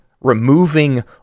removing